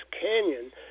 canyon